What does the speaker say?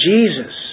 Jesus